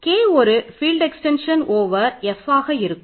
K ஒரு field extension இருக்கும்